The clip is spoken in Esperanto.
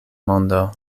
mondo